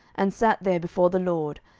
and sat there before the lord,